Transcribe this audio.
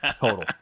Total